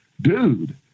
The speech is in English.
dude